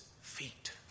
feet